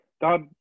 God